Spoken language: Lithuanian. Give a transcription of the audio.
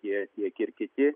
jie tiek ir kiti